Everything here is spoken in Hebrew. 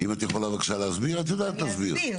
אם את יכולה בבקשה להסביר את יודעת להסביר,